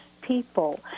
people